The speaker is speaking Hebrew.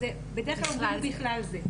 אז בדרך כלל אומרים "בכלל זה".